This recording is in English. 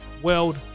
World